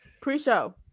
Pre-show